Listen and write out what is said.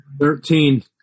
Thirteen